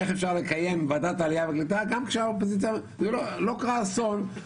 איך אפשר לקיים ועדת העלייה והקליטה גם כשהאופוזיציה לא קרה אסון,